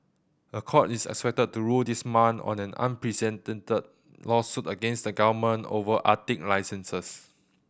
a court is expected to rule this month on an unprecedented lawsuit against the government over Arctic licenses